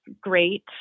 great